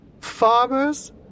farmers